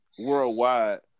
worldwide